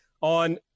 on